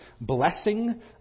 blessing